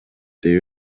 деп